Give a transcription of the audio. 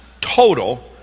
total